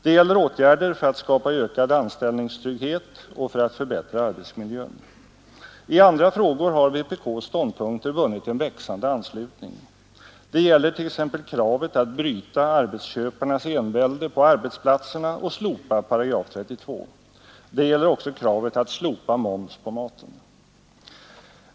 Det gäller åtgärder för att skapa ökad anställningstrygghet och för att förbättra arbetsmiljön. I andra frågor har vpk:s ståndpunkter vunnit em växande anslutning. Det gäller t.ex. kravet att bryta arbetsköparnas envälde på arbetsplatserna och slopa § 32. Det gäller också kravet att slopa moms på maten.